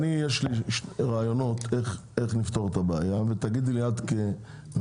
יש לי רעיונות איך לפתור את הבעיה ותגידי לי את כממונה